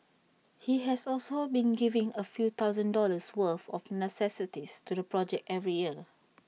he has also been giving A few thousand dollars worth of necessities to the project every year